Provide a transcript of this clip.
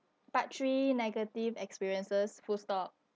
part three negative experiences full stop